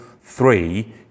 three